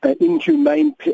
inhumane